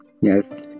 yes